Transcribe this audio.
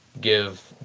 give